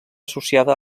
associada